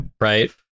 right